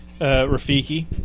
Rafiki